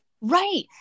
Right